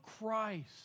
Christ